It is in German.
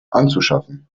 anzuschaffen